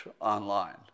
online